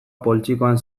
poltsikoan